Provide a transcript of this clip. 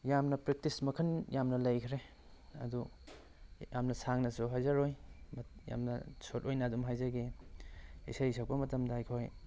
ꯌꯥꯝꯅ ꯄ꯭ꯔꯦꯛꯇꯤꯁ ꯃꯈꯜ ꯌꯥꯝꯅ ꯂꯩꯈ꯭ꯔꯦ ꯑꯗꯣ ꯌꯥꯝꯅ ꯁꯥꯡꯅꯁꯨ ꯍꯥꯏꯖꯔꯣꯏ ꯌꯥꯝꯅ ꯁꯣꯔꯠ ꯑꯣꯏꯅ ꯑꯗꯨꯝ ꯍꯥꯏꯖꯒꯦ ꯏꯁꯩ ꯁꯛꯄ ꯃꯇꯝꯗ ꯑꯩꯈꯣꯏ